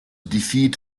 defeat